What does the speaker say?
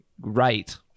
right